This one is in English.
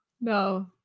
no